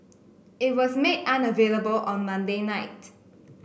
it was made unavailable on Monday night